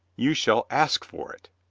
you shall ask for it,